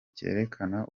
cyerekana